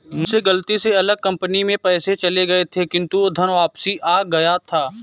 मुझसे गलती से अलग कंपनी में पैसे चले गए थे किन्तु वो धन वापिस आ गया था